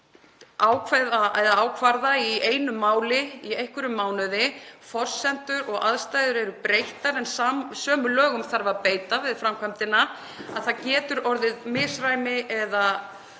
að ákvarða í einu máli í einhverjum mánuði, forsendur og aðstæður eru breyttar en samt þarf að beita lögum við framkvæmdina. Það getur orðið misræmi í